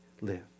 live